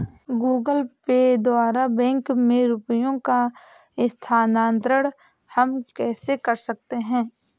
Google Pay द्वारा bank में रुपयों का स्थानांतरण हम कैसे कर सकते हैं?